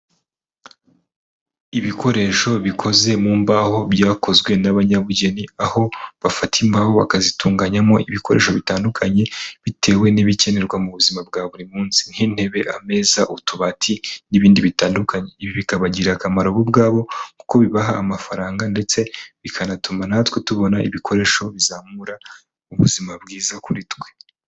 Ibikoresho bikoze mu mbaho byakozwe n'abanyabugeni aho bafata imbaho bakazitunganyamo ibikoresho bitandukanye bitewe n'ibikenerwa mu buzima bwa buri munsi nk'intebe, ameza, utubati n'ibindi bitandukanye, ibi bikabagirira akamaro bo ubwabo kuko bibaha amafaranga ndetse bikanatuma natwe tubona ibikoresho bizamura ubuzima bwiza kuri twe.